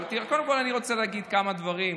קודם כול, אני רוצה להגיד כמה דברים.